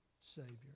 Savior